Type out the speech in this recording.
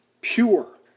pure